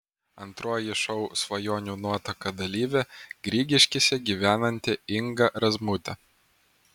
antroji šou svajonių nuotaka dalyvė grigiškėse gyvenanti inga razmutė